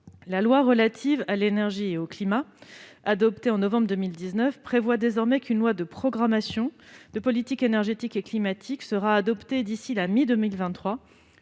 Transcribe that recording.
La loi relative à l'énergie et au climat promulguée en novembre 2019 prévoit qu'une loi de programmation de politique énergétique et climatique sera adoptée d'ici à la mi-2023,